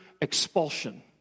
expulsion